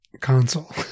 console